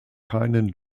keinen